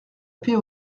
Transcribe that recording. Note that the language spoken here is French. paix